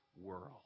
world